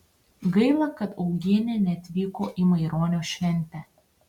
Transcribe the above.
gaila kad augienė neatvyko į maironio šventę